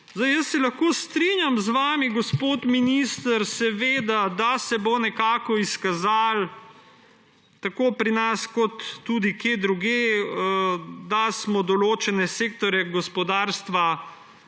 države. Jaz se lahko strinjam z vami, gospod minister, da se bo nekako izkazalo tako pri nas kot tudi kje drugje, da smo določene sektorje gospodarstva